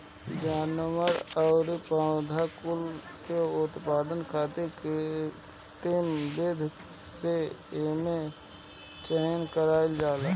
जानवर अउरी पौधा कुल के उत्पादन खातिर कृत्रिम विधि से एमे चयन कईल जाला